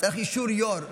צריך אישור יו"ר,